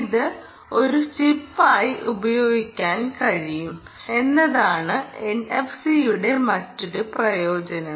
ഇത് ഒരു ചിപ്പായി ഉപയോഗിക്കാൻ കഴിയും എന്നതാണ് എൻഎഫ്സിയുടെ മറ്റൊരു പ്രയോജനം